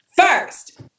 First